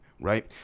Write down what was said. right